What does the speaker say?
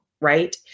right